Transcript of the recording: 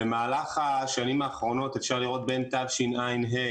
במהלך השנים האחרונות, אפשר לראות בין תשע"ה